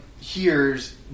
hears